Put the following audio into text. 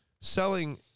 selling